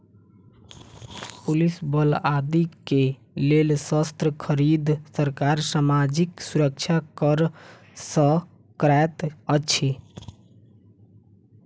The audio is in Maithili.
पुलिस बल आदि के लेल शस्त्र खरीद, सरकार सामाजिक सुरक्षा कर सँ करैत अछि